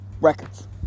records